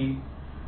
है